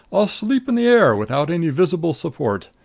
i'll sleep in the air, without any visible support!